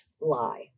lie